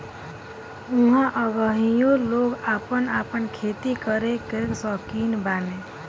ऊहाँ अबहइयो लोग आपन आपन खेती करे कअ सौकीन बाने